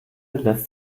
lässt